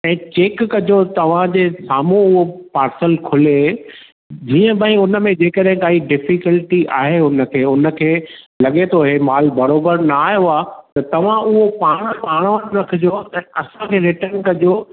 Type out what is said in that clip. ऐं चेक कजो तव्हां जे साम्हूं उहो पार्सल खुले जीअं भई उन में जेकर काई डिफ़ीकल्टी आहे उन खे उन खे लॻे थो ही माल बरोबर न आयो आहे त तव्हां उहो पाण वटि पाण वटि रखजो ऐं असां खे रिटर्न कजो